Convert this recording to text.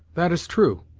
that is true,